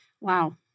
Wow